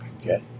Okay